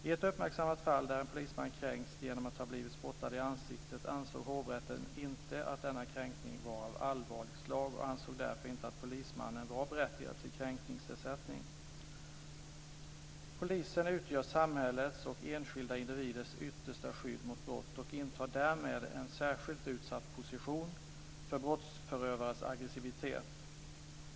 I ett uppmärksammat fall där en polisman kränkts genom att ha blivit spottad i ansiktet ansåg hovrätten inte att denna kränkning var av allvarligt slag och ansåg därför inte att polismannen var berättigad till kränkningsersättning. Polisen utgör samhällets och enskilda individers yttersta skydd mot brott och intar därmed en särskilt utsatt position för brottsförövares aggressivitet.